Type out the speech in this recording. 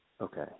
Okay